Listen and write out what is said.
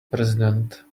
president